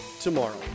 tomorrow